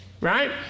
right